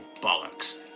bollocks